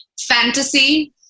fantasy